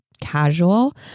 casual